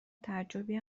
تعجبی